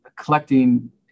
collecting